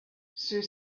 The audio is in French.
ceux